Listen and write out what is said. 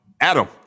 Adam